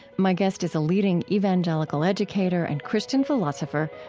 my guest is a leading evangelical educator and christian philosopher,